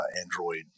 Android